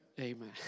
Amen